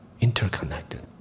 interconnected